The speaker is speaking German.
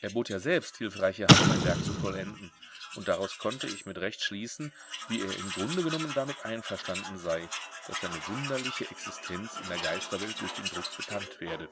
er bot ja selbst hilfreiche hand mein werk zu vollenden und daraus konnte ich mit recht schließen wie er im grunde genommen damit einverstanden sei daß seine wunderliche existenz in der geisterwelt durch den druck bekannt werde